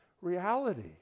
reality